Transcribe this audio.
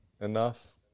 enough